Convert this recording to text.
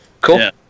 Cool